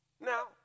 Now